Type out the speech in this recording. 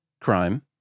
crime